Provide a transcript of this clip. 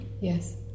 Yes